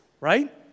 right